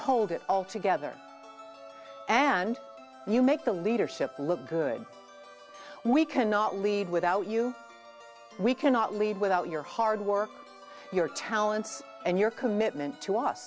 hold it all together and you make the leadership look good we cannot leave without you we cannot leave without your hard work your talents and your commitment to us